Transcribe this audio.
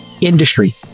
industry